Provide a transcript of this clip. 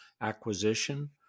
acquisition